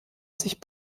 sich